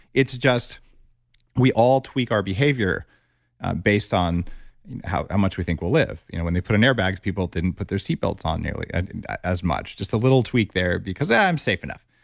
it's just we all tweak our behavior based on how much we think we'll live. you know when they put in air bags, people didn't put their seatbelts on nearly and as much. just a little tweak there because, ah, i'm safe enough.